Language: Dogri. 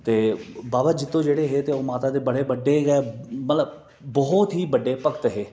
ते बाबा जित्तो जेह्ड़े हे ओह् माता दे बड़े बड्डे गै मतलब बहुत ही बड़े भक्त हे